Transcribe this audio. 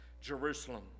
Jerusalem